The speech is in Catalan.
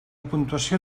puntuació